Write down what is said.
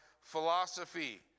philosophy